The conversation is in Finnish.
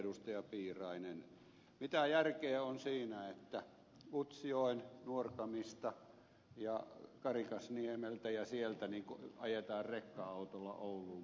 piirainen mitä järkeä on siinä että utsjoen nuorgamista ja karigasniemeltä ja sieltä ajetaan jätettä rekka autolla ouluun poltettavaksi